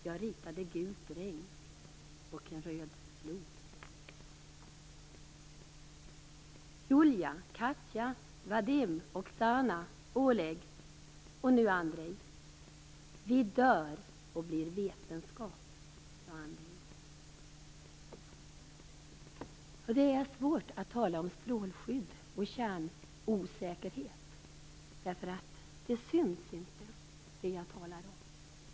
Jag ritade gult regn - Och en röd flod -" Andrej -'Vi dör och blir vetenskap', sa Andrej." Det är svårt att tala om strålskydd och kärnosäkerhet. Det jag talar om syns inte.